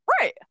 Right